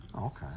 Okay